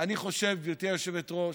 אני חושב, גברתי היושבת-ראש,